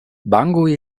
bangui